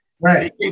right